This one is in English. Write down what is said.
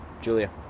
Julia